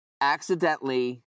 accidentally